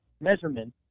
measurement